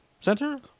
Center